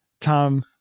Tom